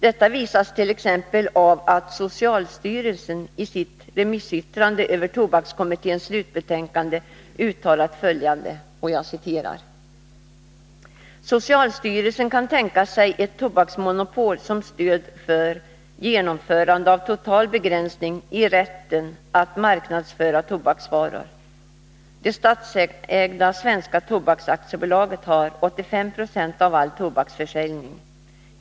Detta visas t.ex. av att socialstyrelsen i sitt remissyttrande över tobakskommitténs slutbetänkande har uttalat följande: ”Socialstyrelsen kan tänka sig ett tobaksmonopol som stöd för genomförandet av total begränsning i rätten att marknadsföra tobaksvaror. Det statsägda Svenska Tobaks AB har ca 85 90 av all tobaksförsäljning.